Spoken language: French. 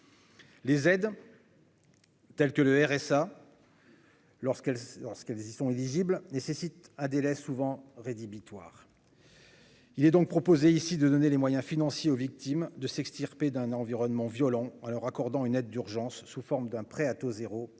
Les aides, telles que le RSA, lorsqu'elles y sont éligibles, sont assorties d'un délai souvent rédhibitoire. Il est donc proposé, ici, de donner les moyens financiers aux victimes de s'extirper d'un environnement violent, en leur accordant une aide d'urgence, sous forme de prêt à taux zéro,